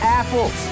apples